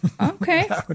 Okay